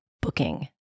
booking